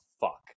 fuck